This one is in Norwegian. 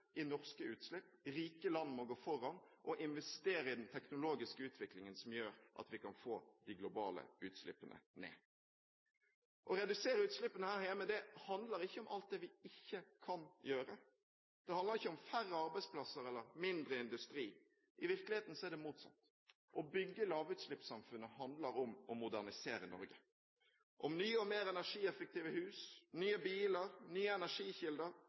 i norske utslipp. Rike land må gå foran og investere i den teknologiske utviklingen som gjør at vi kan få de globale utslippene ned. Å redusere utslippene her hjemme handler ikke om alt det vi ikke kan gjøre. Det handler ikke om færre arbeidsplasser eller mindre industri. I virkeligheten er det motsatt. Å bygge lavutslippssamfunnet handler om å modernisere Norge – om nye og mer energieffektive hus, nye biler, nye energikilder,